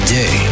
day